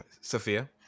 Sophia